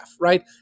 right